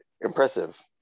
impressive